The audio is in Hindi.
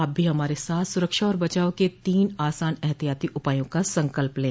आप भी हमारे साथ सुरक्षा और बचाव के तीन आसान एहतियाती उपायों का संकल्प लें